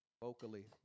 vocally